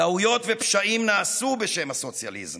טעויות ופשעים נעשו בשם הסוציאליזם,